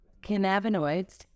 Cannabinoids